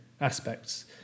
aspects